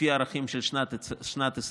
לפי הערכים של שנת 2020,